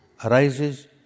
arises